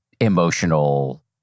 emotional